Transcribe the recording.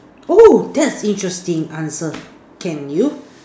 oh that's interesting answer can you